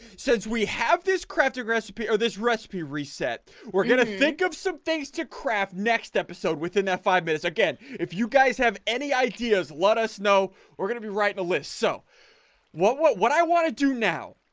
since we have this crafted recipe or this recipe reset we're going to think of some things to crap next episode within that five minutes again if you guys have any ideas let us know we're going to be writing a list so what what what i want to do now,